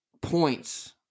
Points